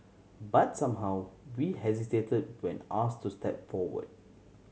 but somehow we hesitate when ask to step forward